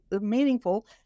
meaningful